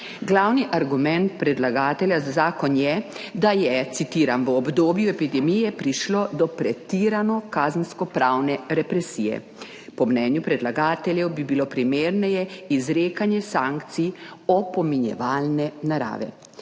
Glavni argument predlagatelja za zakon je, da je, citiram, »v obdobju epidemije prišlo do pretirane kazenskopravne represije«. Po mnenju predlagateljev bi bilo primerneje izrekanje sankcij opominjevalne narave.